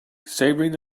savouring